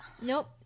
Nope